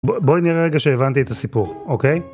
בואי נראה רגע שהבנתי את הסיפור, אוקיי?